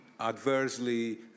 adversely